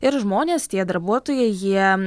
ir žmonės tie darbuotojai jie